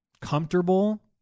comfortable